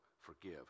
forgive